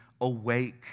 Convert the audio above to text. awake